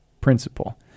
principle